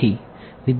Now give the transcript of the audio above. વિદ્યાર્થી